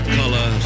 color